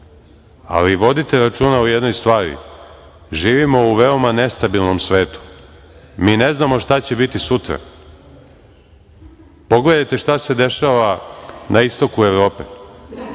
ali vodite računa o jednoj stvari – živimo u veoma nestabilnom svetu. Mi ne znamo šta će biti sutra. Pogledajte šta se dešava na istoku Evrope.